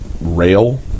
rail